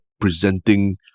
presenting